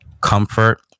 comfort